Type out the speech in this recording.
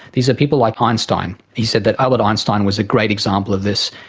these are people like einstein. he said that albert einstein was a great example of this.